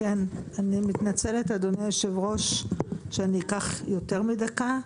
אני מתנצלת, אדוני היושב-ראש, שאני אקח יותר מדקה.